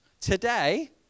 today